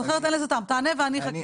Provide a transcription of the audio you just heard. למה זה לא שולם עד היום, כל כך הרבה שנים?